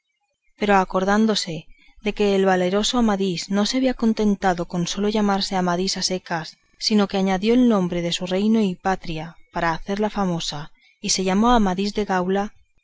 pero acordándose que el valeroso amadís no sólo se había contentado con llamarse amadís a secas sino que añadió el nombre de su reino y patria por hepila famosa y se llamó amadís de gaula